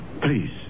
Please